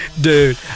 Dude